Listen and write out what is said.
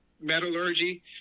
metallurgy